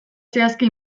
zehazki